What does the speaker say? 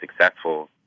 successful